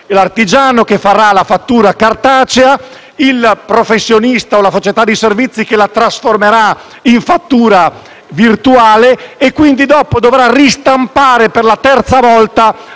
l'artigiano che farà la fattura cartacea, il professionista o la società di servizi che la trasformerà in fattura virtuale e, quindi, dopo si dovrà ristampare per la terza volta